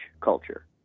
culture